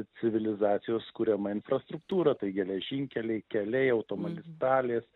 civilizacijos kuriama infrastruktūra tai geležinkeliai keliai automagistralės